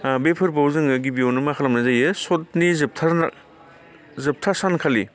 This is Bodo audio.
ओ बे फोरबोआव जोङो गिबियावनो मा खालामनाय जायो शतनि जोबथा जोबथासानखालि